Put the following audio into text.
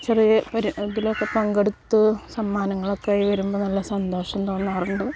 ചെറിയ ഇതിലൊക്കെ പങ്കെടുത്തു സമ്മാനങ്ങളൊക്കെ ആയി വരുമ്പോൾ നല്ല സന്തോഷം തോന്നാറുണ്ട്